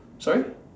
sorry